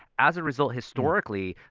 as a result, historically,